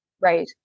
Right